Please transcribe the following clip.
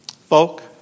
Folk